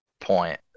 point